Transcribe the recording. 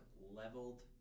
leveled